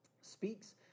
speaks